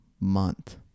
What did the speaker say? month